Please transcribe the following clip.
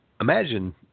imagine